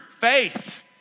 faith